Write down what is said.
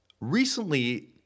Recently